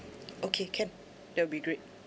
okay can that will be great